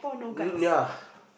n~ ya